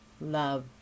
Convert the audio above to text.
love